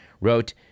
wrote